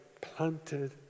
planted